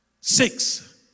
Six